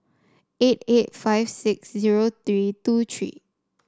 eight eight five six zero three two three